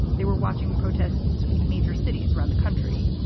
they were watching protests sweep major cities around the country.